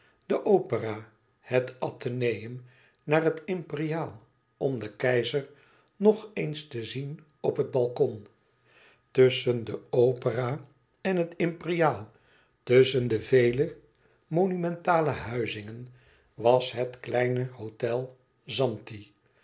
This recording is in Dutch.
de opera het atheneum naar het imperiaal om den keizer nog eens te zien op het balkon tusschen de opera en het imperiaal tusschen de vele monumentale huizingen was het kleine hôtel zanti